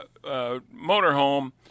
motorhome